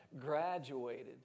graduated